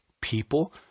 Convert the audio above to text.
People